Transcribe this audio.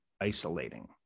Isolating